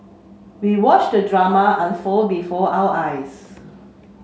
we watched the drama unfold before our eyes